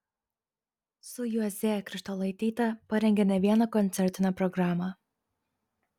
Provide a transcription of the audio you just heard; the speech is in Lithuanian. su juoze krištolaityte parengė ne vieną koncertinę programą